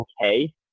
okay